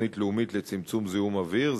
לתוכנית לאומית לצמצום זיהום אוויר,